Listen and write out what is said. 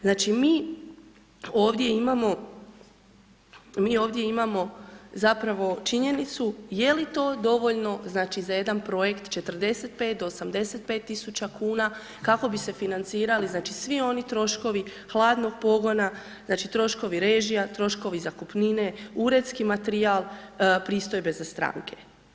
Znači, mi ovdje imamo zapravo činjenicu je li to dovoljno, znači, za jedan projekt 45 do 85.000,00 kn, kako bi se financirali, znači, svi oni troškovi hladnog pogona, znači, troškovi režija, troškovi zakupnine, uredski materijal, pristojbe za stranke.